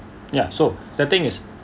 ya so the thing is